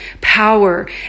power